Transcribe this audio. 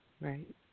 Right